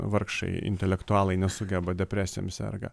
vargšai intelektualai nesugeba depresijom serga